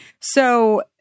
So-